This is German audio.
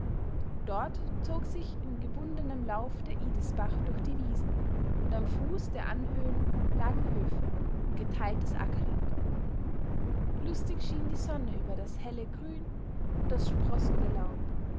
dort zog sich in gewundenem lauf der idisbach durch die wiesen und am fuß der anhöhen lagen höfe und geteiltes ackerland lustig schien die sonne über das helle grün und das sprossende laub